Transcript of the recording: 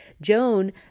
Joan